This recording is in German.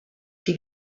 die